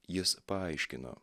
jis paaiškino